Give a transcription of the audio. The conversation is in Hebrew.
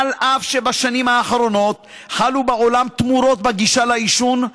אף שבשנים האחרונות חלו בעולם תמורות בגישה לעישון,